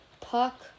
Puck